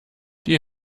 die